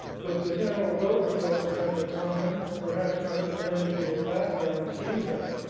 but the general voter doesn't have the time, perhaps not the energy or background, to do that.